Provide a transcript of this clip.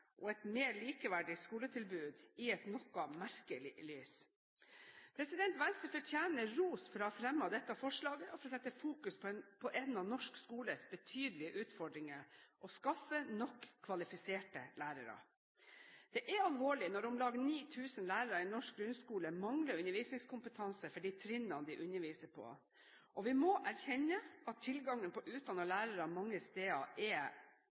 og et mer likeverdig skoletilbud, i et noe merkelig lys. Venstre fortjener ros for å ha fremmet dette forslaget og for å fokusere på en av norsk skoles betydelige utfordringer, å skaffe nok kvalifiserte lærere. Det er alvorlig når om lag 9 000 lærere i norsk grunnskole mangler undervisningskompetanse på de trinnene de underviser på. Vi må erkjenne at tilgangen på utdannede lærere mange steder er